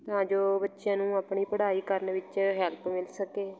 ਤਾਂ ਜੋ ਬੱਚਿਆਂ ਨੂੰ ਆਪਣੀ ਪੜ੍ਹਾਈ ਕਰਨ ਵਿੱਚ ਹੈਲਪ ਮਿਲ ਸਕੇ